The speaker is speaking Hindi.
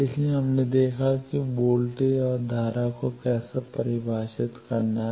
इसलिए हमने देखा है कि वोल्टेज और धारा को कैसे परिभाषित करना है